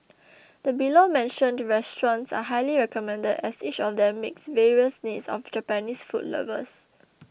the below mentioned restaurants are highly recommended as each of them meets various needs of Japanese food lovers